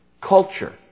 culture